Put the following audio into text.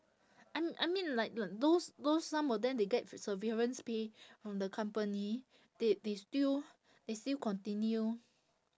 I I mean like like those those some of them they get severance pay from the company they they still they still continue